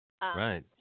right